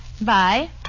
Bye